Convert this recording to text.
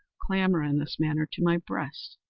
clamber, in this manner, to my breast.